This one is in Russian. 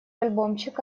альбомчик